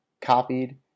copied